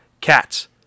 Cats